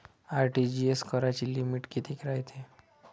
RTGS कराची limit कितीक रायते?